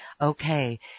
Okay